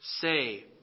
say